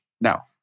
now